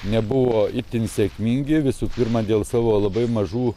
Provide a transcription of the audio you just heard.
nebuvo itin sėkmingi visų pirma dėl savo labai mažų